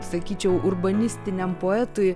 sakyčiau urbanistiniam poetui